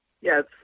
Yes